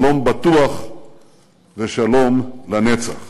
שלום בטוח ושלום לנצח.